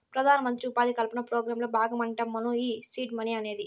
పెదానమంత్రి ఉపాధి కల్పన పోగ్రాంల బాగమంటమ్మను ఈ సీడ్ మనీ అనేది